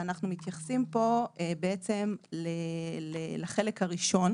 ואנחנו מתייחסים פה לחלק הראשון,